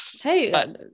Hey